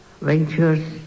ventures